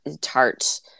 tart